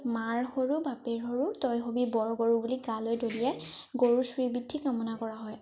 মাৰ সৰু বাপেৰ সৰু তই হ'বি বৰ গৰু বুলি গালৈ দলিয়াই গৰুৰ শ্ৰী বৃদ্ধি কামনা কৰা হয়